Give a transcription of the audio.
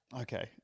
Okay